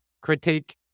critique